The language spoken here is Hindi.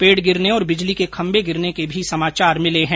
पेड गिरने और बिजली के खम्मे गिरने के भी समाचार मिले है